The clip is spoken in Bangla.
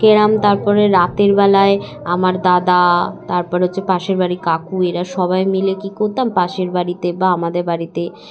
ক্যারাম তারপরে রাতের বলায় আমার দাদা তারপরে হচ্ছে পাশের বাড়ির কাকু এরা সবাই মিলে কী করতাম পাশের বাড়িতে বা আমাদের বাড়িতে